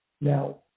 Now